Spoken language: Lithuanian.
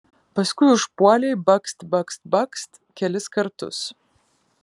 paskui užpuolei bakst bakst bakst kelis kartus